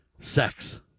Sex